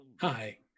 Hi